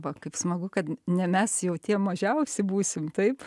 va kaip smagu kad ne mes jau tie mažiausi būsim taip